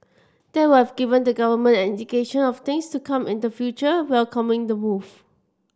that was given the Government an indication of things to come in the future welcoming the move